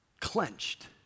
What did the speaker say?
clenched